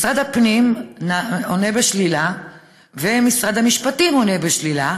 משרד הפנים עונה בשלילה ומשרד המשפטים עונה בשלילה.